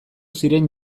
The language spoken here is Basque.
ziren